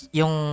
yung